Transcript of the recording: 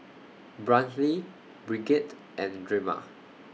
Brantley Brigette and Drema